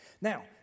Now